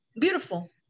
beautiful